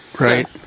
Right